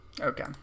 okay